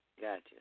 Gotcha